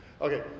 Okay